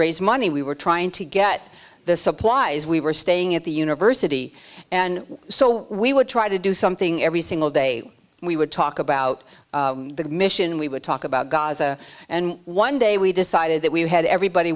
raise money we were trying to get the supplies we were staying at the university and so we would try to do something every single day we would talk about the mission we would talk about gaza and one day we decided that we had everybody